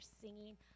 singing